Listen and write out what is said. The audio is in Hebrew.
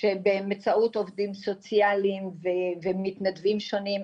שבאמצעות עובדים סוציאליים ומתנדבים שונים,